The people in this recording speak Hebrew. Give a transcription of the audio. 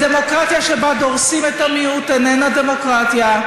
דמוקרטיה שבה דורסים את המיעוט איננה דמוקרטיה.